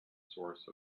source